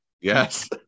Yes